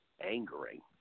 Angering